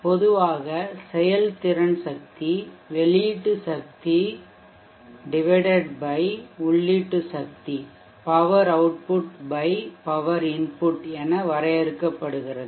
பொதுவாக செயல்திறன் சக்தி வெளியீட்டு சக்தி உள்ளீட்டு சக்தி பவர் அவுட்புட் பவர் இன்புட் என வரையறுக்கப்படுகிறது